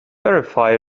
verify